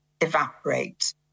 evaporate